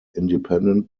independent